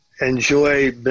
enjoy